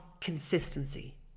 consistency